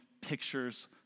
pictures